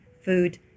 food